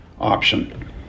option